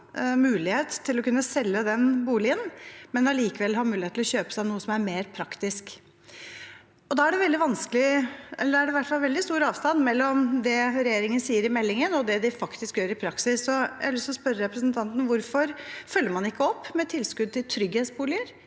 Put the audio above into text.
mulighet til å kunne selge den boligen, men allikevel ha mulighet til å kjøpe seg noe som er mer praktisk. Det er vanskelig, og det er i hvert fall veldig stor avstand mellom det regjeringen sier i meldingen, og det de faktisk gjør i praksis. Jeg har lyst til å spørre representanten om hvorfor man ikke følger opp med tilskudd til trygghetsboliger